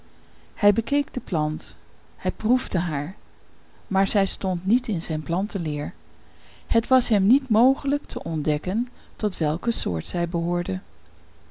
hij bekeek de plant hij proefde haar maar zij stond niet in zijn plantenleer het was hem niet mogelijk te ontdekken tot welke soort zij behoorde